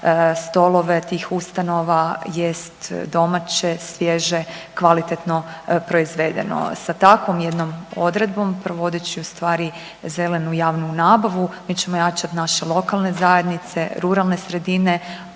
stolove tih ustanova jest domaće, svježe, kvalitetno proizvedeno. Sa takvom jednom odredbom provodeći ustvari zelenu javnu nabavu mi ćemo jačat naše lokalne zajednice, ruralne sredine,